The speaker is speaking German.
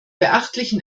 beachtlichen